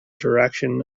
direction